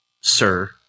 sir